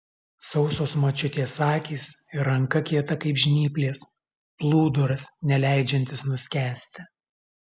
sausos močiutės akys ir ranka kieta kaip žnyplės plūduras neleidžiantis nuskęsti